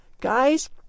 Guys